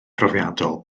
profiadol